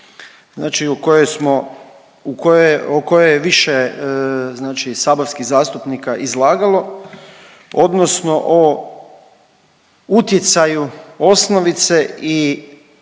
o kojoj je više znači saborskih zastupnika izlagalo odnosno o utjecaju osnovice i